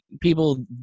people